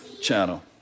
channel